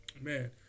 man